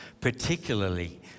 particularly